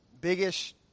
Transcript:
biggest